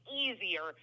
easier